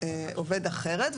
עובד אחרת.